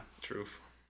Truth